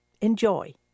Enjoy